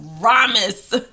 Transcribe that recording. promise